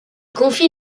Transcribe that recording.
confie